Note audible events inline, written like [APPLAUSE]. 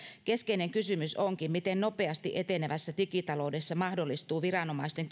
keskeinen kysymys onkin miten nopeasti etenevässä digitaloudessa mahdollistuu viranomaisten [UNINTELLIGIBLE]